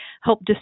help